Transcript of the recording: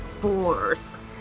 Force